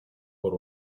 por